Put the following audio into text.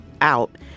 out